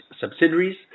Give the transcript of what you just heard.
subsidiaries